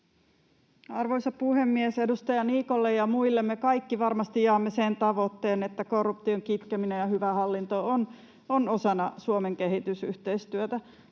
Arvoisa puhemies! Edustaja Niikolle ja muille: me kaikki varmasti jaamme sen tavoitteen, että korruption kitkeminen ja hyvä hallinto ovat osana Suomen kehitysyhteistyötä.